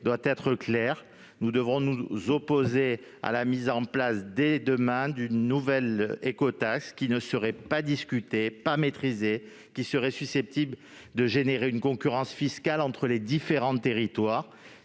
doit être claire : nous devons nous opposer à la mise en place, dès demain, d'une nouvelle écotaxe qui ne serait ni discutée ni maîtrisée et qui provoquerait une concurrence fiscale entre les différents territoires.